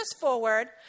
forward